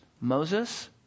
Moses